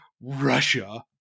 Russia